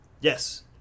Yes